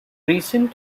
recent